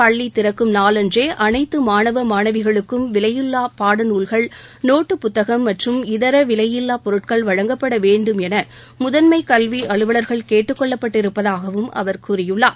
பள்ளி திறக்கும் நாள் அன்றே அனைத்து மாணவ மாணவிகளுக்கும் விலையில்லா பாடநூல்கள் நோட்டுப்புத்தகம் மற்றும் இதர விலையில்லா பொருட்கள் வழங்கப்பட வேண்டும் என முதன்மை கல்வி அலுவலர்கள் கேட்டுக் கொள்ளப்பட்டு இருப்பதாகவும் அவர் கூறியுள்ளார்